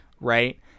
right